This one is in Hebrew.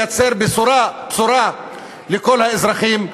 לייצר בשורה לכל האזרחים.